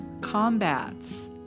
combats